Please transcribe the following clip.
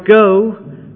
go